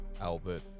Albert